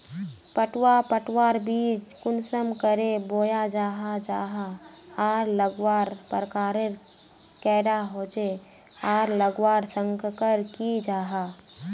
पटवा पटवार बीज कुंसम करे बोया जाहा जाहा आर लगवार प्रकारेर कैडा होचे आर लगवार संगकर की जाहा?